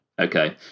Okay